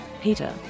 Peter